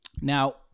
Now